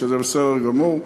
שזה בסדר גמור.